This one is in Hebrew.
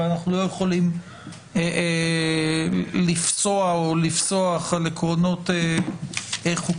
אבל אנחנו לא יכולים לפסוע או לפסוח על עקרונות חוקתיים.